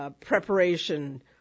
preparation